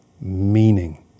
meaning